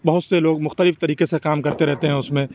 بہت سے لوگ مختلف طریقے سے کام کرتے رہتے ہیں اُس میں